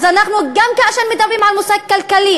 אז גם כאשר אנחנו מדברים על מושג כלכלי,